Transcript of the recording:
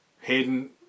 Hayden